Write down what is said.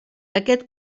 aquest